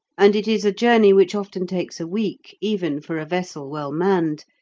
and it is a journey which often takes a week even for a vessel well manned,